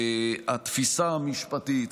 התפיסה המשפטית,